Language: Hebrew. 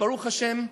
ברוך השם,